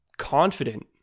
confident